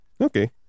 okay